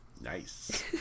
Nice